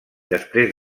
després